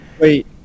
Wait